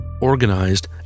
organized